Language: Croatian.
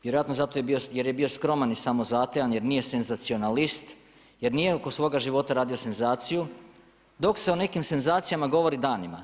Vjerojatno zato jer je bio skroman i samozatajan jer nije senzacionalist, jer nije oko svoga života radio senzaciju, dok se o nekim senzacijama govori danima.